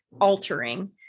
altering